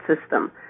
system